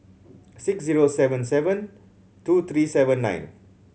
six zero seven seven two three seven nine